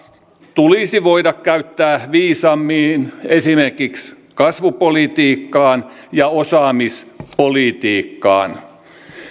tulisi voida käyttää viisaammin esimerkiksi kasvupolitiikkaan ja osaamispolitiikkaan